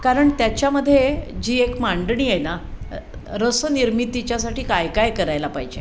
कारण त्याच्यामध्ये जी एक मांडणी आहे ना रसनिर्मितीच्यासाठी काय काय करायला पाहिजे